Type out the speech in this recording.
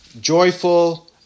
joyful